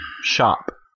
Shop